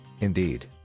Indeed